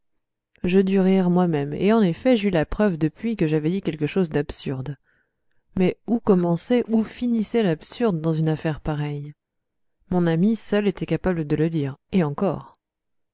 je dus rire moi-même et en effet j'eus la preuve depuis que j'avais dit quelque chose d'absurde mais où commençait où finissait l'absurde dans une affaire pareille mon ami seul était capable de le dire et encore